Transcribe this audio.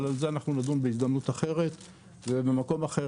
נדון בזה בהזדמנות אחרת ובמקום אחר,